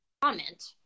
comment